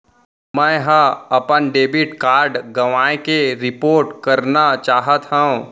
मै हा अपन डेबिट कार्ड गवाएं के रिपोर्ट करना चाहत हव